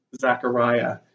Zechariah